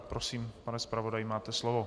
Prosím, pane zpravodaji, máte slovo.